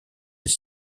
des